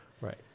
Right